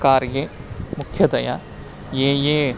कार्ये मुख्यतया ये ये